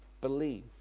believe